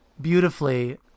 beautifully